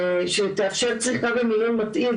שתאפשר צריכה ומינון מתאים,